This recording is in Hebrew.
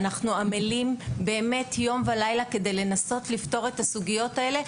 אנחנו עמלים יום ולילה כדי לנסות לפתור את הסוגיות האלה,